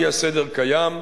האי-סדר קיים,